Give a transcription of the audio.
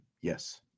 Yes